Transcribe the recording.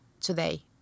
today